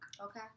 Okay